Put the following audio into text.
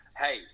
Hey